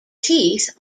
teeth